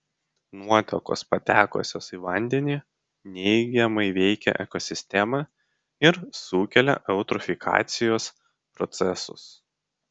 nuotekos patekusios į vandenį neigiamai veikia ekosistemą ir sukelia eutrofikacijos procesus